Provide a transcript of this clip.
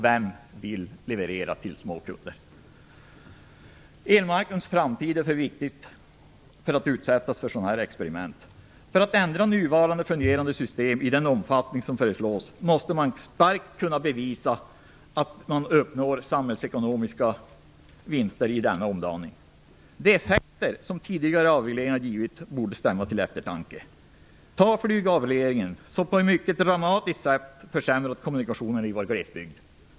Vem vill leverera till små kunder? Elmarknaden i framtiden är för viktig för att utsättas för sådana här experiment. För att ändra de nuvarande, fungerande systemen i den omfattning som föreslås måste man kunna bevisa att samhällsekonomiska vinster uppnås vid denna omdaning. Effekterna av tidigare avregleringar borde stämma till eftertanke. Ta avregleringen av flyget som på ett mycket dramatiskt sätt försämrade kommunikationerna i vår glesbygd.